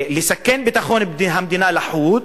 לסכן את ביטחון המדינה לחוד,